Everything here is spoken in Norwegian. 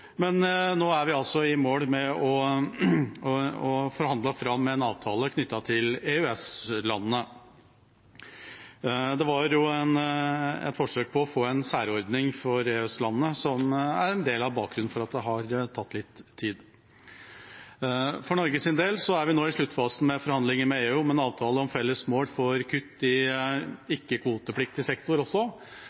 Men nå er vi i mål med å forhandle fram en avtale knyttet til EØS-landene. Det var et forsøk på å få en særordning for EØS-landene, som er en del av bakgrunnen for at det har tatt litt tid. For Norges del er vi nå i sluttfasen i forhandlinger med EU om en avtale om felles mål for kutt i ikke-kvotepliktig sektor også.